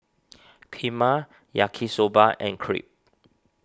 Kheema Yaki Soba and Crepe